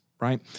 right